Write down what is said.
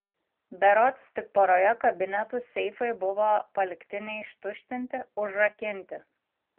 berods tik poroje kabinetų seifai buvo palikti neištuštinti užrakinti